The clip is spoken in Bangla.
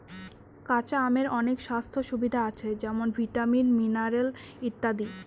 কাঁচা আমের অনেক স্বাস্থ্য সুবিধা আছে যেমন ভিটামিন, মিনারেল ইত্যাদি